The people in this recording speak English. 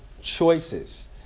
choices